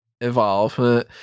evolve